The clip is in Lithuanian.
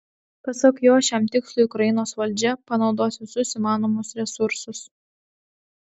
pasak jo šiam tikslui ukrainos valdžia panaudos visus įmanomus resursus